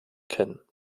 kennen